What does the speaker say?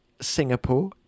Singapore